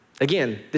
Again